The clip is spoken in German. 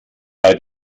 bei